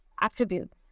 attribute